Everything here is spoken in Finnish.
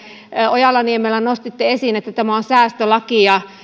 ojala niemelä nostitte esiin että tämä on säästölaki